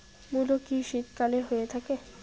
মূলো কি শীতকালে হয়ে থাকে?